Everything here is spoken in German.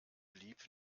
blieb